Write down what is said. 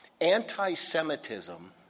Anti-Semitism